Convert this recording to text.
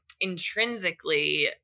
intrinsically